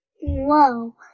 Whoa